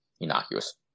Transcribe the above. innocuous